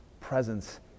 presence